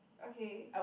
okay